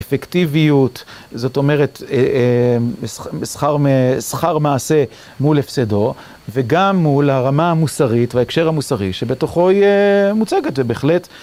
אפקטיביות, זאת אומרת, שכר מעשה מול הפסדו, וגם מול הרמה המוסרית וההקשר המוסרי, שבתוכו היא מוצגת זה בהחלט.